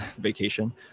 vacation